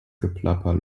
geplapper